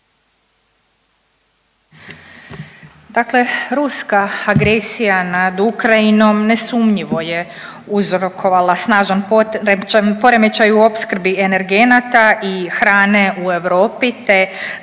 Dakle ruska agresija nad Ukrajinom nesumnjivo je uzrokovala snažan poremećaj u opskrbi energenata i hrane u Europi te